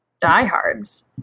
diehards